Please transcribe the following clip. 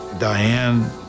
Diane